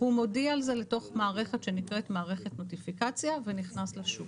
הוא מודיע על זה לתוך מערכת שנקראת מערכת נוטיפיקציה ונכנס לשוק.